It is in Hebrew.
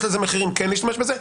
יש לזה מחירים כן להשתמש בזה.